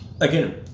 Again